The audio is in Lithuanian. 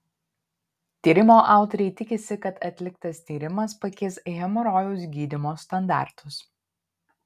tyrimo autoriai tikisi kad atliktas tyrimas pakeis hemorojaus gydymo standartus